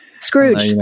Scrooge